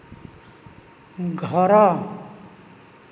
ଘର